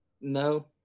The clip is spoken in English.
No